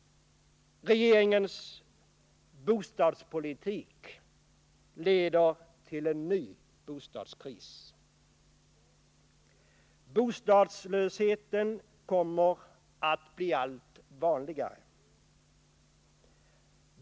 Regeringens bostadspolitik leder till en ny bostadskris. Bostadslösheten kommer att bli allt vanligare.